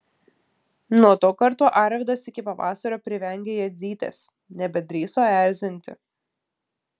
nuo to karto arvydas iki pavasario privengė jadzytės nebedrįso erzinti